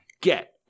get